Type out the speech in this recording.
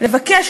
לבקש,